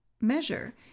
measure